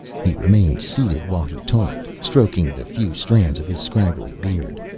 he remained seated while he talked, stroking the few strands of his scraggly beard.